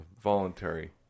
voluntary